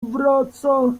wraca